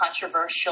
controversial